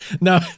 No